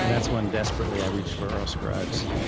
that's when, desperately, i reached for earl scruggs,